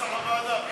נוסח הוועדה.